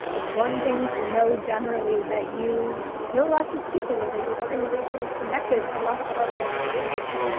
it's one thing to know generally that you know lots of people or that your organization is connected to lots of other organizations.